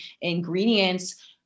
ingredients